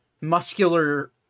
muscular